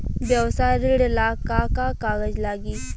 व्यवसाय ऋण ला का का कागज लागी?